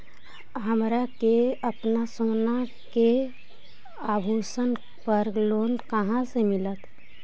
हमरा के अपना सोना के आभूषण पर लोन कहाँ से मिलत?